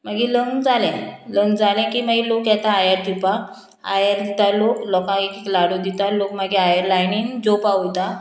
मागीर लग्न जालें लग्न जालें की मागीर लोक येता आयात दिवपाक आयात दिता लोक लोकांक एक एक लाडू दिता आनी लोक मागीर आयर लायनीन जेवपा वयता